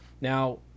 Now